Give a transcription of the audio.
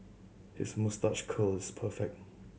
his moustache curl is perfect